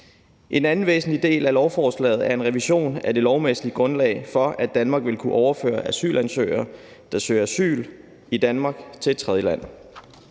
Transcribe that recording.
En anden væsentlig del af lovforslaget er en revision af det lovmæssige grundlag for, at Danmark vil kunne overføre asylansøgere, der søger asyl i Danmark, til et tredjeland.